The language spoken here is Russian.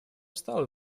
встал